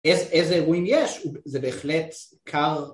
איזה אירועים יש זה בהחלט קר